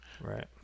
Right